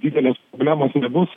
didelis dilemos nebus